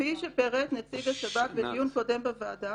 כפי שפירט נציג השב"כ בדיון קודם בוועדה,